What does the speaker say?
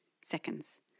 seconds